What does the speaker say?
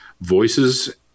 voices